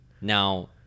Now